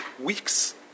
weeks